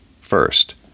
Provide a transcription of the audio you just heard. First